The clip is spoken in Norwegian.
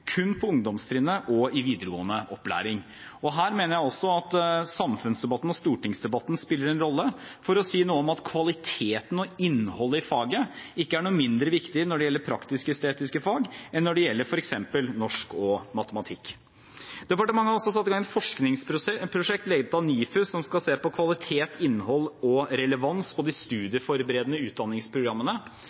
kun på ungdomstrinnet og i videregående opplæring. Her mener jeg også at samfunnsdebatten og stortingsdebatten spiller en rolle for å si noe om at kvaliteten og innholdet i faget ikke er mindre viktig når det gjelder praktisk-estetiske fag, enn når det gjelder f.eks. norsk og matematikk. Departementet har også satt i gang et forskningsprosjekt ledet av NIFU, som skal se på kvalitet, innhold og relevans i de studieforberedende utdanningsprogrammene.